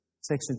section